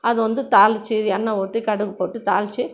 அதை வந்து தாளித்து எண்ணெய் ஊற்றி கடுகு போட்டு தாளித்து